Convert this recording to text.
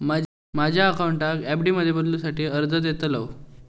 माझ्या अकाउंटाक एफ.डी मध्ये बदलुसाठी अर्ज देतलय